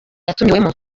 yatumiwemo